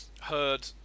heard